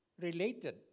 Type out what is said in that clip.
related